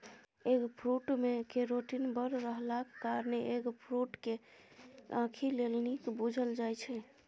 eggfruit मे carotene बड़ रहलाक कारणेँ एगफ्रुट केँ आंखि लेल नीक बुझल जाइ छै